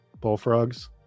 Bullfrogs